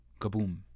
Kaboom